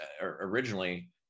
originally